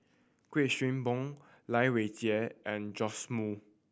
Kuik Swee Boon Lai Weijie and Joash Moo